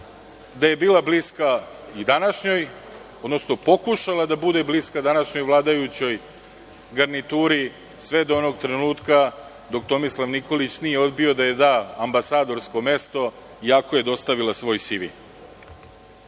da je bila bliska i današnjoj, odnosno pokušala da bude bliska današnjoj vladajućoj garnituri sve do onog trenutka dok Tomislav Nikolić nije odbio da joj da ambasadorsko mesto iako je dostavila svoj